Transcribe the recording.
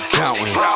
counting